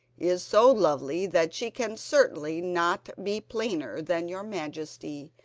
is so lovely that she can certainly not be plainer than your majesty,